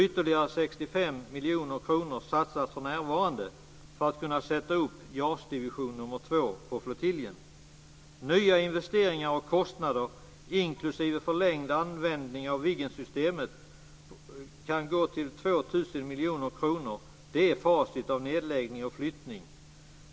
Ytterligare 65 miljoner kronor satsas för närvarande för att kunna sätta upp JAS-division nr 2 på flottiljen. Nya investeringar och kostnader, inklusive förlängd användning av Viggensystemet, kan uppgå till 2 000 miljoner kronor. Det är facit av nedläggning och flyttning.